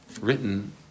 written